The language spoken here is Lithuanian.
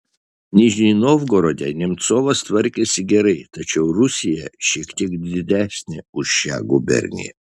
nižnij novgorode nemcovas tvarkėsi gerai tačiau rusija šiek tiek didesnė už šią guberniją